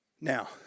Now